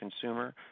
consumer